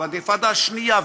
האינתיפאדה השנייה,